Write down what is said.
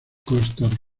costas